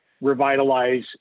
revitalize